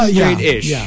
Straight-ish